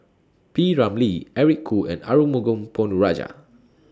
P Ramlee Eric Khoo and Arumugam Ponnu Rajah